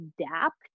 adapt